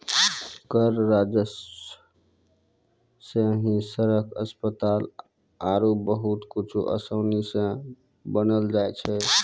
कर राजस्व सं ही सड़क, अस्पताल आरो बहुते कुछु आसानी सं बानी जाय छै